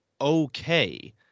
okay